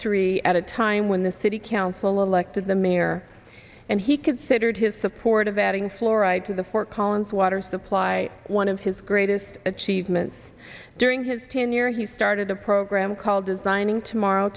three at a time when the city council elected the mayor and he considered his support of adding fluoride to the fort collins water supply one of his greatest achievements during his tenure he started a program called designing tomorrow